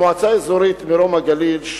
המועצה האזורית מרום-הגליל,